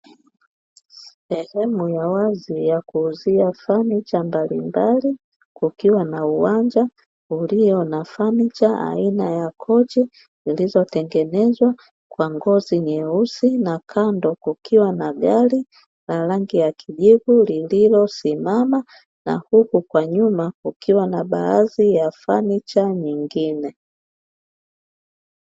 Sehemu ya wazi ya kuuzia fanicha mbalimbali kukiwa na uwanja ulio na fanicha aina ya kochi zilizotengenezwa kwa ngozi nyeusi, na kando kukiwa na gari ya rangi ya kijivu lililosimama na huku kwa nyuma kukiwa na baadhi ya fanicha nyingine.